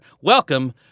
welcome